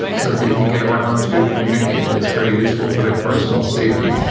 so that they could get around to communicating. it was very useful for their personal safety.